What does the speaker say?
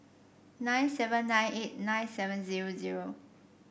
nine seven nine eight nine seven zero zero